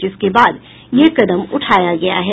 जिसके बाद यह कदम उठाया गया है